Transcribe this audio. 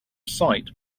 sight